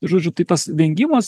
žodžių tai tas vengimas į